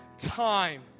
time